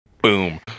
Boom